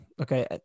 okay